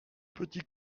petit